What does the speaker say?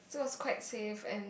it was quite safe and